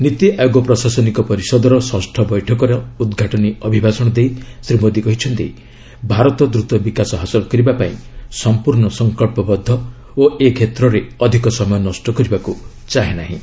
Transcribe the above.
ନୀତି ଆୟୋଗ ପ୍ରଶାସନିକ ପରିଷଦର ଷଷ୍ଠ ବୈଠକରେ ଉଦଘାଟନୀ ଅଭିଭାଷଣ ଦେଇ ଶ୍ରୀ ମୋଦୀ କହିଛନ୍ତି ଭାରତ ଦ୍ରୁତ ବିକାଶ ହାସଲ କରିବା ପାଇଁ ସମ୍ପୂର୍ଣ୍ଣ ସଂକଳ୍ପବଦ୍ଧ ଓ ଏ କ୍ଷେତ୍ରରେ ଅଧିକ ସମୟ ନଷ୍ଟ କରିବାକୁ ଚାହେଁନାହିଁ